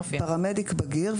"פרמדיק" פרמדיק בגיר,